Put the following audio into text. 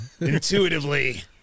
intuitively